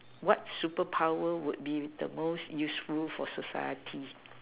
what superpower would be the most useful for society